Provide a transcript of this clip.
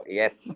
yes